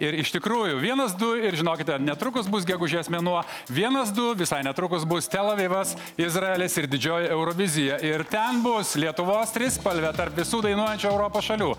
ir iš tikrųjų vienas du ir žinokite netrukus bus gegužės mėnuo vienas du visai netrukus bus tel avivas izraelis ir didžioji eurovizija ir ten bus lietuvos trispalvė tarp visų dainuojančių europos šalių